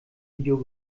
video